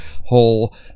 whole